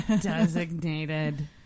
Designated